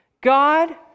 God